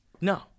No